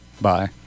Bye